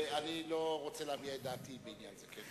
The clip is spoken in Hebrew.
אני לא רוצה להביע את דעתי בעניין זה.